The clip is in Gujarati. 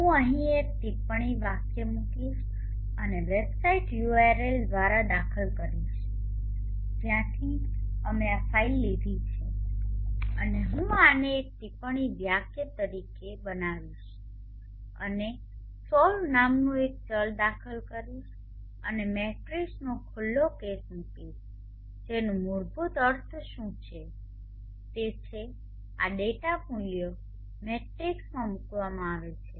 હું અહીં એક ટિપ્પણી વાક્ય મૂકીશ અને વેબસાઇટ URL દાખલ કરીશ જ્યાંથી અમે આ ફાઇલ લીધી છે અને હું આને એક ટિપ્પણી વાક્ય તરીકે બનાવીશ અને સ solveલ્વ નામનું એક ચલ દાખલ કરીશ અને મેટ્રિક્સનો ખુલ્લો કૌંસ મૂકીશ જેનો મૂળભૂત અર્થ શું છે તે છે આ ડેટા મૂલ્યો મેટ્રિક્સમાં મૂકવામાં આવે છે